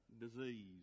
Disease